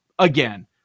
again